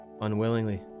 unwillingly